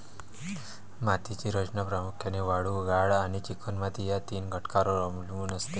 मातीची रचना प्रामुख्याने वाळू, गाळ आणि चिकणमाती या तीन घटकांवर अवलंबून असते